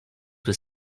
with